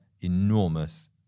enormous